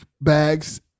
bags